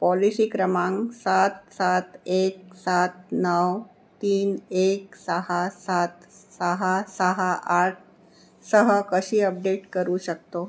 policy क्रमांक सात सात एक सात नऊ तीन एक सहा सात सहा सहा आठ सह कशी अपडेट करू शकतो